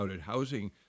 housing